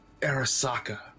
Arasaka